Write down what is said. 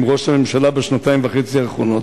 עם ראש הממשלה בשנתיים וחצי האחרונות,